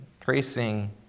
tracing